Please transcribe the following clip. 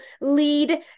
lead